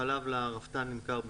רפתן מוכר ליטר חלב